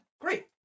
Great